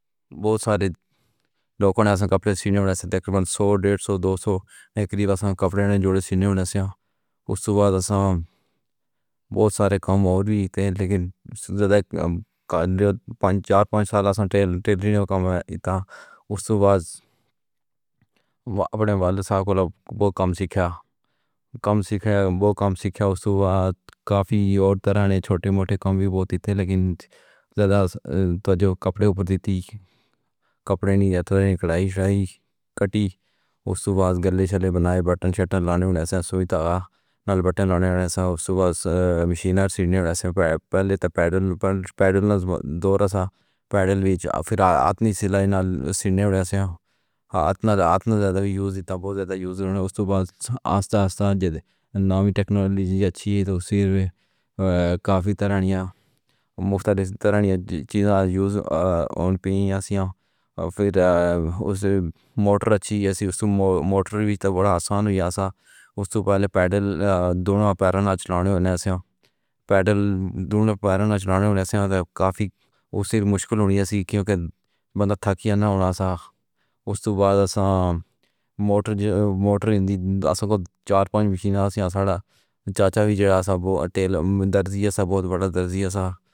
بہت سارے لوگاں نے کپڑے سینے ہوݨ توں تقریباً سو ڈیڑھ سو دو سو تک کپڑے جوڑے سینے والے توں۔ اُس دے بعد توں بہت سارے کم ہور وی ہن۔ پر میں چار پنج سال توں ٹیلیویژن کمیٹیاں، اُس بازار اپݨے بال صاحب کوں بہت کم سکھا۔ کم سکھا، بہت کم سکھا۔ صبح کافی تے طرحاں دے چھوٹے موٹے کم وی بولے ہن، پر زیادہ توجہ کپڑے تے ہئی۔ کپڑے نہ ہن، کڑاہی، شاہی کٹی اُس بازار گھل والے بݨائے۔ بٹن لاوݨ توں نلوا بٹن مشین، اڑ سینے، پہلے پیڈل تے پیڈل دو سا۔ پیڈل وی آپݨے سلائی نال سر سا۔ اِتݨا خود زیادہ استعمال تاں بہت زیادہ استعمال۔ اُس ٹرانسپورٹ اَج تیک جیݙی وی ٹیکنالوجی چنگی ہئی، سر تے کافی طرحاں دی مشکل طرحاں دیاں چیزاں استعمال آؤ۔ پیݨی سیاں، پھیر اُسنوں موٹر چنگی جئی موٹر وی تاں وݙا آسان ہویا ہا۔ اُس توں پہلے پیڈل ڈون٘ہاں پیراں نال چلاوݨ نال پیڈل ڈون٘ہاں پیراں نال چلاوݨ نال کافی مشکل ہوندی ہئی۔ کیوں جو بندہ تھک گیا ہا نا سا، اُسنوں تاں بازار سا۔ موٹر جیندے وچ موٹر دے چار پنج مشیناں ہن، چاچا وی جو تیل درد ہے اوہ وݙا درد ہے سا۔